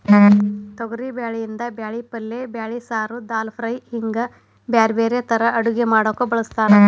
ತೊಗರಿಬ್ಯಾಳಿಯಿಂದ ಬ್ಯಾಳಿ ಪಲ್ಲೆ ಬ್ಯಾಳಿ ಸಾರು, ದಾಲ್ ಫ್ರೈ, ಹಿಂಗ್ ಬ್ಯಾರ್ಬ್ಯಾರೇ ತರಾ ಅಡಗಿ ಮಾಡಾಕ ಬಳಸ್ತಾರ